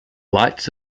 lights